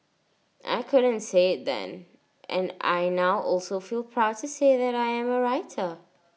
I couldn't say IT then and I now also feel proud to say I am A writer